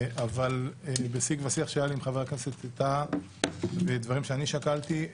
אבל בשיג ושיח שהיה לי עם חבר הכנסת טאהא ודברים שאני שקלתי,